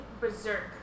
Berserk